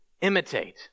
imitate